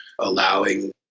allowing